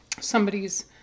somebody's